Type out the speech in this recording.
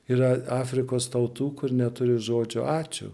yra afrikos tautų kur neturi žodžio ačiū